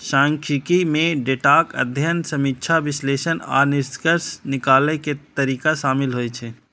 सांख्यिकी मे डेटाक अध्ययन, समीक्षा, विश्लेषण आ निष्कर्ष निकालै के तरीका शामिल होइ छै